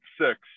six